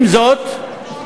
עם זאת,